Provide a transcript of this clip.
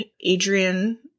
Adrian